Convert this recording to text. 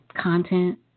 content